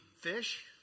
fish